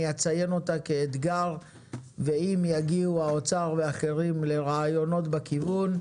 אציין אותה כאתגר ואם יגיעו האוצר והאחרים לרעיונות בכיוון,